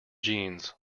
jeans